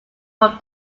from